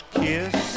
kiss